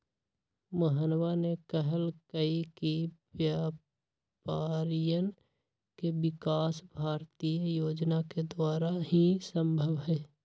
मोहनवा ने कहल कई कि व्यापारियन के विकास भारतीय योजना के द्वारा ही संभव हई